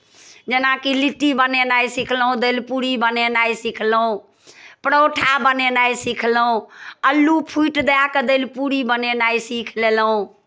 जेनाकि लिट्टी बनेनाइ सिखलहुँ दालि पूरी बनेनाइ सिखलहुँ परोठा बनेनाइ सिखल अल्लू फूटि दए कऽ दालि पूरी बनेनाइ सीखि लेलहुँ